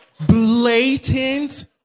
blatant